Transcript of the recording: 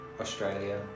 Australia